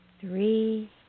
three